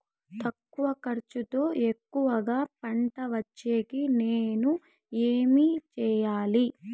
తక్కువ ఖర్చుతో ఎక్కువగా పంట వచ్చేకి నేను ఏమి చేయాలి?